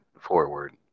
forward